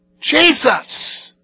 Jesus